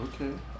Okay